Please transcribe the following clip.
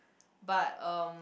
but um